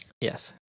Yes